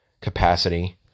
capacity